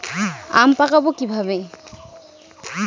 আম পাকাবো কিভাবে?